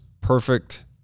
perfect